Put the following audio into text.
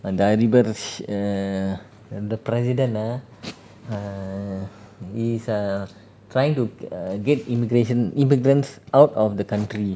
அந்த அதிபர் வந்து:antha adhibar vanthu err the president ah err is err trying to err get immigration immigrants out of the country